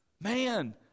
Man